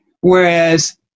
whereas